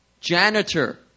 janitor